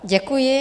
Děkuji.